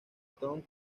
tom